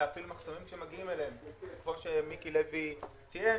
כמו שמיקי לוי ציין,